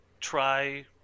try